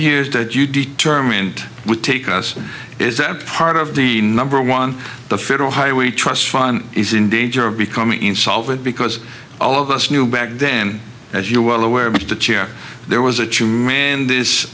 years that you determined would take us is that part of the number one the federal highway trust fund is in danger of becoming insolvent because all of us knew back then as you well aware but the chair there was a tr